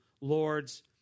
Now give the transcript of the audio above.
lords